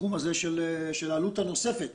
ובתחום הזה של העלות הנוספת.